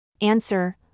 Answer